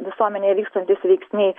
visuomenėje vykstantys veiksniai